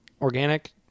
organic